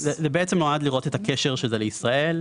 זה בעצם נועד לראות את הקשר שזה לישראל.